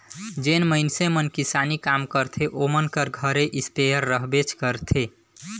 जेन मइनसे मन किसानी काम करथे ओमन कर घरे इस्पेयर रहबेच करथे